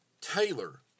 Taylor